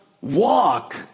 walk